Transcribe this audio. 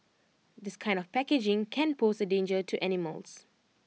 this kind of packaging can pose A danger to animals